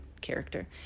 character